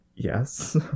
Yes